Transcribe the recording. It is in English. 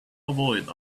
avoid